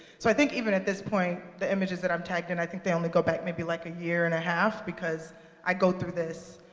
so i think, even at this point, the images that i'm tagged in, and i think they only go back maybe like a year and a half because i go through this.